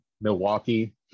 Milwaukee